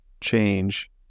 change